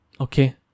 okay